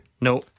No